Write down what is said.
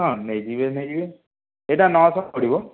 ହଁ ନେଇଯିବେ ନେଇଯିବେ ଏଇଟା ନଅଶହ ପଡ଼ିବ